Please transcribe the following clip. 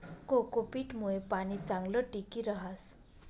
cocopeat मुये पाणी चांगलं टिकी रहास